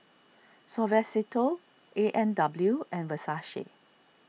Suavecito A and W and Versace